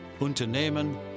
Unternehmen